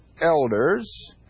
elders